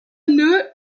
nœud